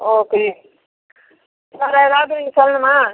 okay வேறு எதாவது நீங்கள் சொல்லணுமா